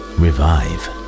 revive